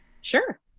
Sure